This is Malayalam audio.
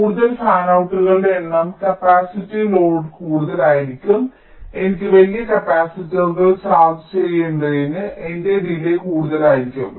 കൂടുതൽ ഫാനൌട്ടുകളുടെ എണ്ണം കപ്പാസിറ്റീവ് ലോഡ് കൂടുതലായിരിക്കും എനിക്ക് വലിയ കപ്പാസിറ്ററുകൾ ചാർജ് ചെയ്യേണ്ടതിനാൽ എന്റെ ഡിലേയ് കൂടുതലായിരിക്കും